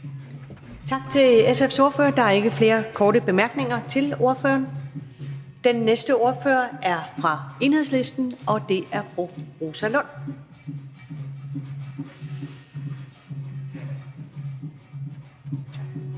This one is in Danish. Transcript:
Tak til SF's ordfører. Der er ikke flere korte bemærkninger til ordføreren. Den næste ordfører er fra Enhedslisten, og det er fru Rosa Lund.